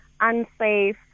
unsafe